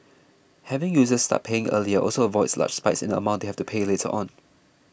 having users start paying earlier also avoids large spikes in the amount they have to pay later on